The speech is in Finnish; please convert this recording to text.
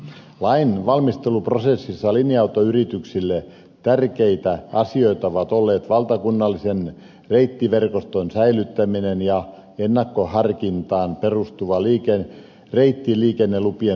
lain valmisteluprosessissa linja autoyrityksille tärkeitä asioita ovat olleet valtakunnallisen reittiverkoston säilyttäminen ja ennakkoharkintaan perustuva reittiliikennelupien myöntäminen